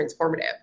transformative